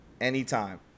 Anytime